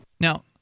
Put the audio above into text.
Now